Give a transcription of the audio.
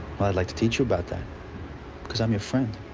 i'd like to teach you about that because i'm your friend.